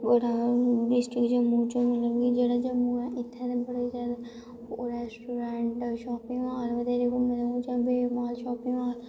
बड़ा हून डिस्ट्रिक मतलब कि जेह्ड़ा जम्मू ऐ इत्थें ते बड़े जादा रैस्टोरैंट शापिंग हाल बत्थेरे खुल्ले दे बेबमाल शॉपिंग हाल